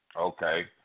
okay